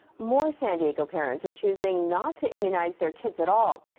more san diego parents are choosing not to immunize their kids at all.